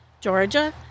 Georgia